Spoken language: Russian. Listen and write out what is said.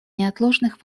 неотложных